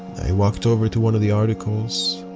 i walked over to one of the articles,